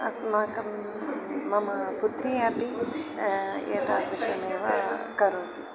अस्माकं मम पुत्री अपि एतादृशमेव करोति